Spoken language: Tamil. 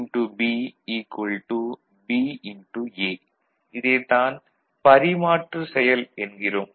A இதைத் தான் பரிமாற்று செயல் என்கிறோம்